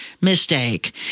mistake